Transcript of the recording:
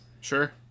Sure